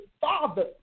father